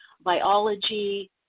biology